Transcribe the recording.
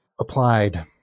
applied